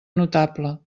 notable